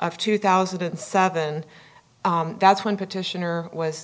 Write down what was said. of two thousand and seven that's when petitioner was